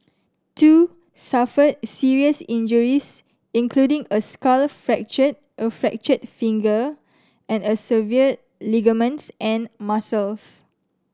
two suffered serious injuries including a skull fracture a fractured finger and a severed ligaments and muscles